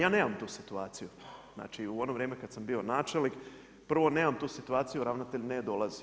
Ja nemam tu situaciju, znači u ono vrijeme kada sam bio načelnik, prvo nemam tu situaciju ravnatelj ne dolazi.